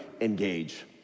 engage